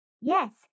yes